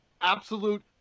Absolute